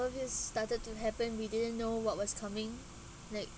just started to happen we didn't know what was coming like